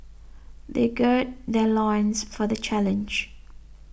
they gird their loins for the challenge